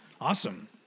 awesome